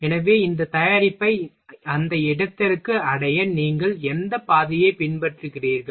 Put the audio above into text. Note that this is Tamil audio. எனவே இந்த தயாரிப்பை அந்த இடத்திற்கு அடைய நீங்கள் எந்த பாதையை பின்பற்றுகிறீர்கள்